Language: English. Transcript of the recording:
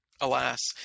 alas